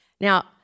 Now